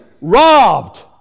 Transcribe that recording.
Robbed